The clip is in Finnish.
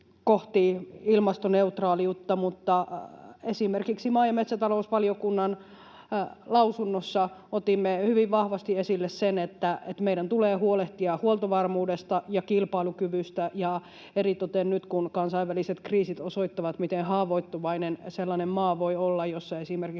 kohti ilmastoneutraaliutta, mutta esimerkiksi maa- ja metsätalousvaliokunnan lausunnossa otimme hyvin vahvasti esille, että meidän tulee huolehtia huoltovarmuudesta ja kilpailukyvystä. Eritoten nyt, kun kansainväliset kriisit osoittavat, miten haavoittuvainen voi olla sellainen maa, jossa esimerkiksi